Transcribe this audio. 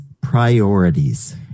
priorities